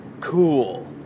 cool